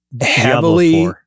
heavily